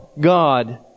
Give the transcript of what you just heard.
God